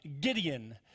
Gideon